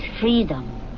freedom